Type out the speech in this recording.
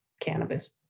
cannabis